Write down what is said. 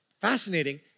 fascinating